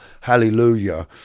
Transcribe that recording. hallelujah